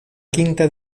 quinta